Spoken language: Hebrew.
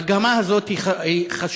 המגמה הזאת חשובה.